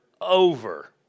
over